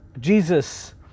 Jesus